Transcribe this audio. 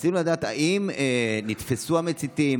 רציתי לדעת: האם נתפסו המציתים?